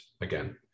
again